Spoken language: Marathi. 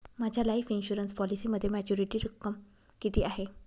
माझ्या लाईफ इन्शुरन्स पॉलिसीमध्ये मॅच्युरिटी रक्कम किती आहे?